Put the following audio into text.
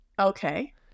Okay